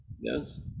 yes